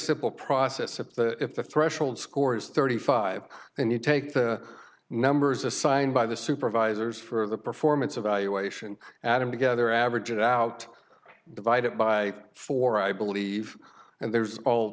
simple process of if the threshold score is thirty five and you take the numbers assigned by the supervisors for the performance evaluation added together average it out divide it by four i believe and there's all